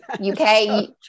Okay